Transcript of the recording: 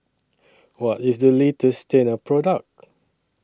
What IS The latest Tena Product